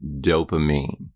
dopamine